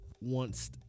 wants